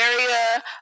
area